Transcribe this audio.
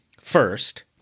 First